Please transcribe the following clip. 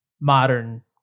modern